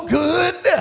good